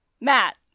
Matt